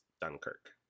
Dunkirk